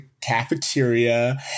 cafeteria